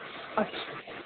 अच्छा